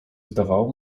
zdawało